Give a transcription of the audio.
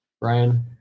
Brian